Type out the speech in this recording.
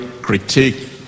critique